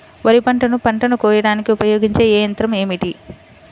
వరిపంటను పంటను కోయడానికి ఉపయోగించే ఏ యంత్రం ఏమిటి?